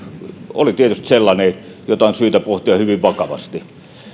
oli tietysti sellainen jota on syytä pohtia hyvin vakavasti